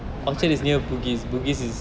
oh my god